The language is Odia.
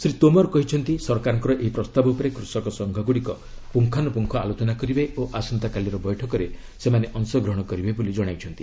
ଶ୍ରୀ ତୋମର କହିଛନ୍ତି ସରକାରଙ୍କର ଏହି ପ୍ରସ୍ତାବ ଉପରେ କୃଷକ ସଂଘଗୁଡ଼ିକ ପୁଙ୍ଗାନୁପୁଙ୍ଗ ଆଲୋଚନା କରିବେ ଓ ଆସନ୍ତାକାଲିର ବୈଠକରେ ସେମାନେ ଅଂଶଗ୍ରହଣ କରିବେ ବୋଲି ଜଣାଇଛନ୍ତି